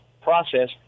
process